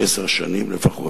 לעשר שנים לפחות,